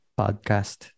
podcast